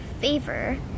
favor